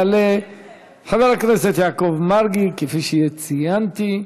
יעלה חבר הכנסת יעקב מרגי, כפי שציינתי,